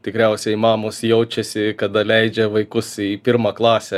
tikriausiai mamos jaučiasi kada leidžia vaikus į pirmą klasę